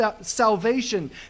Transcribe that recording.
salvation